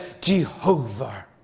Jehovah